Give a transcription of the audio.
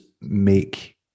make